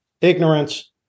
Ignorance